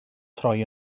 troi